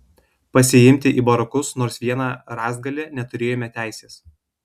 pasiimti į barakus nors vieną rąstgalį neturėjome teisės